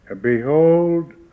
Behold